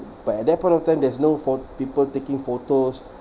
but at that point of time there's no pho~ people taking photos